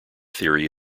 theory